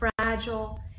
fragile